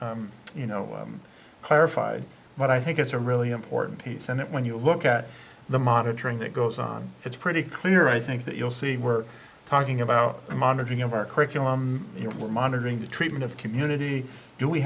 you know clarified but i think it's a really important piece and that when you look at the monitoring that goes on it's pretty clear i think that you'll see we're talking about monitoring of our curriculum you know we're monitoring the treatment of community do we